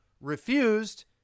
refused